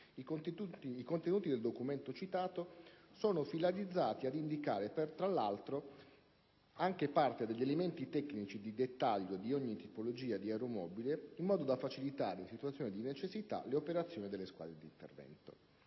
I contenuti del documento citato sono finalizzati anche ad indicare parte degli elementi tecnici di dettaglio di ogni tipologia di aeromobile, così da facilitare, in situazioni di necessità, le operazioni delle squadre d'intervento.